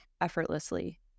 effortlessly